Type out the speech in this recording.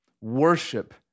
Worship